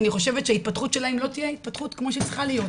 אני חושבת שההתפתחות שלהם לא תהיה התפתחות כמו שהיא צריכה להיות.